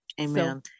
Amen